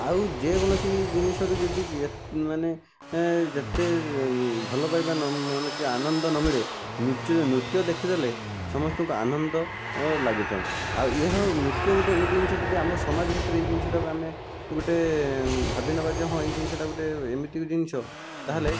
ଆଉ ଯେକୌଣସି ଜିନିଷର ଯଦି ଏ ମାନେ ଯେତେ ଭଲ ପାଇବା ନ ଆନନ୍ଦ ନ ମିଳେ ନୁଚ ନୃତ୍ୟ ଦେଖିଦେଲେ ସମସ୍ତଙ୍କୁ ଆନନ୍ଦ ଲାଗିଥାଏ ଆଉ ଏହା ନୃତ୍ୟ ଗୋଟିଏ ଏମିତି ଜିନିଷ ଯଦି ଆମ ସମାଜ ଭିତରେ ଏହି ଜିନିଷଟାକୁ ଆମେ ଗୋଟିଏ ଭାବି ନେବା ଯେ ହଁ ଏହି ଜିନିଷଟା ଗୋଟିଏ ଏମିତି ଏକ ଜିନିଷ ତା ହେଲେ